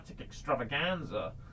extravaganza